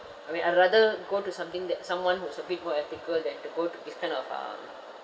I mean I'd rather go to something that someone who's a bit more ethical than to go to this kind of um